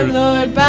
lord